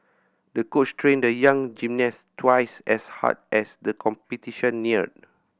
the coach trained the young gymnast twice as hard as the competition neared